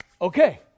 okay